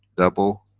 double,